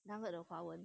nugget 的华文